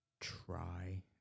try